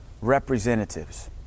representatives